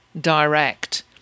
direct